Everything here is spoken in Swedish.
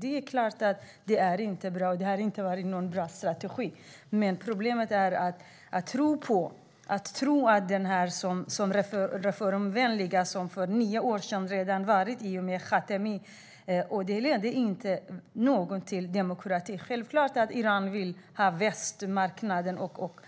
Det är klart att sanktionerna inte har varit någon bra strategi. Det reformvänliga som redan varit i och med Khatami ledde inte till någon demokrati. Självklart behöver Iran ha västmarknaden, och